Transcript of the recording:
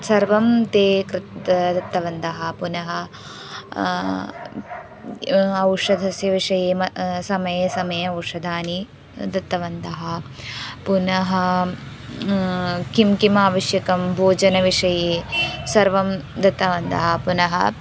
सर्वं ते कृत्वा दत्तवन्तः पुनः औषधस्य विषये मम समये समये औषधानि दत्तवन्तः पुनः किं किम् आवश्यकं भोजनविषये सर्वं दत्तवन्तः पुनः